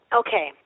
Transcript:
okay